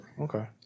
Okay